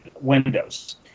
windows